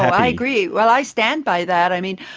i agree. well, i stand by that, i mean,